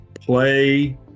play